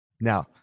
Now